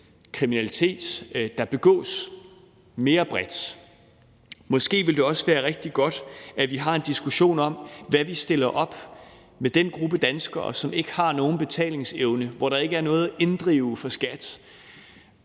kriminalitet, der begås mere bredt. Måske ville det også være rigtig godt, at vi har en diskussion om, hvad vi stiller op med den gruppe danskere, som ikke har nogen betalingsevne, og hvor der ikke er noget for